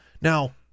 Now-